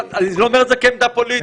אני לא אומר את זה כעמדה פוליטית.